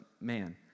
man